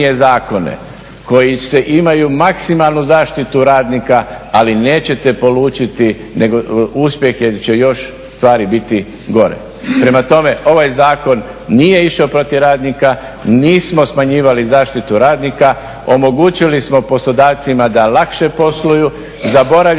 koji se imaju maksimalnu zaštitu radnika ali nećete polučiti uspjeh jel će još stvari biti gore. Prema tome, ovaj zakon nije išao protiv radnika, nismo smanjivali zaštitu radnika, omogućili smo poslodavcima da lakše posluju. Zaboravljate